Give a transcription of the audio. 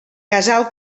casal